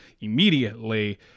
immediately